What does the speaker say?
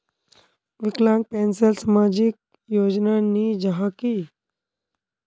विकलांग पेंशन सामाजिक योजना नी जाहा की?